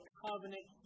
covenant